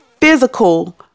physical